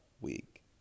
week